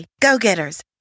Go-getters